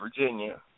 Virginia